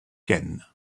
ken